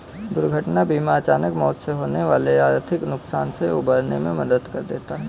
दुर्घटना बीमा अचानक मौत से होने वाले आर्थिक नुकसान से उबरने में मदद देता है